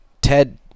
Ted